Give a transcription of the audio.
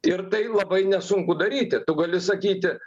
ir tai labai nesunku daryti tu gali sakyti